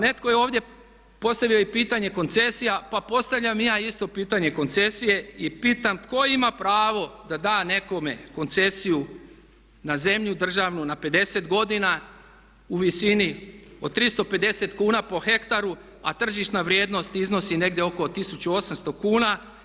Netko je ovdje postavio i pitanje koncesija, pa postavljam i ja isto pitanje koncesije i pitam tko ima pravo da da nekome koncesiju na zemlju državnu na 50 godina u visini od 350 kuna po hektaru a tržišna vrijednost iznosi negdje oko 1800 kuna.